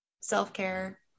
self-care